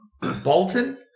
Bolton